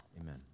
Amen